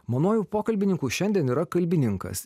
manuoju pokalbininku šiandien yra kalbininkas